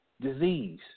disease